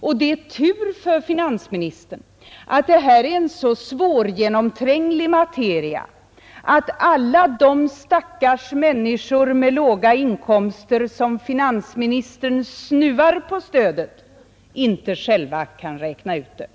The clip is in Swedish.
Och det är tur för finansministern att detta är en så svårgenomtränglig materia att alla de stackars människor med låga inkomster som finansministern snuvar på stödet inte själva kan räkna ut det.